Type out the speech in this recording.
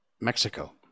Mexico